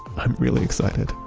i'm really excited.